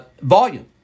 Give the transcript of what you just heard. volume